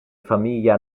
famiglia